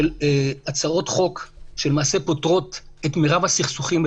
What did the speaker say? של הצהרות חוק שלמעשה פותרות את מרב הסכסוכים,